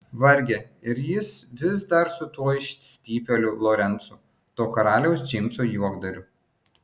varge ir jis vis dar su tuo išstypėliu lorencu tuo karaliaus džeimso juokdariu